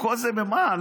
וכל זה למה?